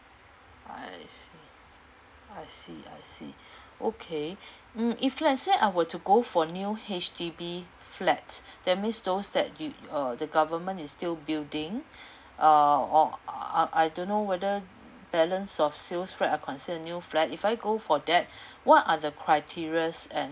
I see I see I see okay mm if let's say I were to go for new H_D_B flat that means those that you uh the government is still building uh or I I don't know whether balance of sales flat are considered a new flat if I go for that what are the criterias and